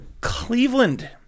Cleveland